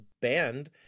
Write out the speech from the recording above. banned